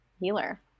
healer